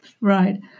Right